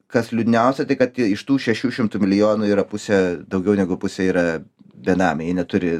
kas liūdniausia tai kad tie iš tų šešių šimtų milijonų yra pusė daugiau negu pusė yra benamiai neturi